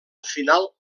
final